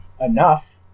enough